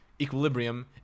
Equilibrium